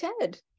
Ted